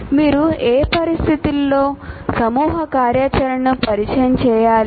మీరు ఏ పరిస్థితులలో సమూహ కార్యాచరణను పరిచయం చేయాలి